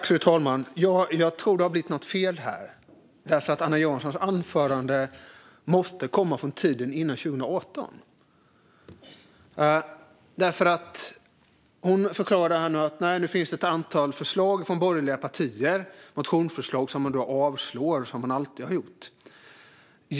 Fru talman! Jag tror att det har blivit något fel här, för Anna Johanssons anförande måste komma från tiden före 2018. Hon förklarar nämligen att det finns ett antal förslag från borgerliga partier - motionsförslag som hon yrkar på att avslå, som hon alltid har gjort.